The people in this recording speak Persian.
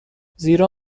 زیرا